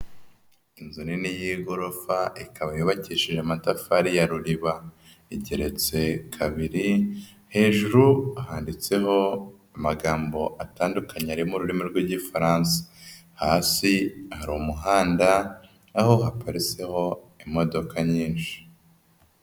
Inzu nini y'igorofa ikaba yubakishije amatafari ya ruriba igereretse kabiri, hejuru handitseho amagambo atandukanye ari mu rurimi rw'Igifaransa, hasi hari umuhanda aho haparitseho imodoka nyinshi.